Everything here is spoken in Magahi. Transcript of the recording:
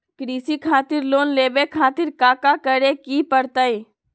कृषि खातिर लोन लेवे खातिर काका करे की परतई?